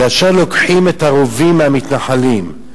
כאשר לוקחים את הרובים מהמתנחלים,